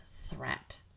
threat